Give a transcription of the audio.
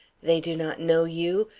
they do not know you.